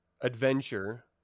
adventure